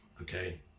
Okay